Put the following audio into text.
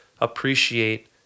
appreciate